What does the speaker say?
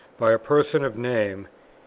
by a person of name,